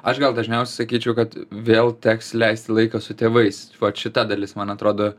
aš gal dažniausiai sakyčiau kad vėl teks leisti laiką su tėvais vat šita dalis man atrodo